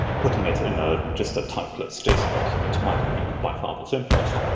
putting it in ah just a typeless json document might be by far the simplest.